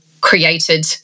created